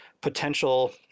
potential